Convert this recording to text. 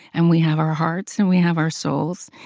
and we have our hearts, and we have our souls,